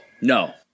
No